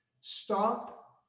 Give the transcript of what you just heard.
Stop